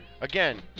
again